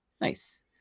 Nice